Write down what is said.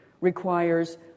requires